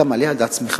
אתה מעלה על דעתך,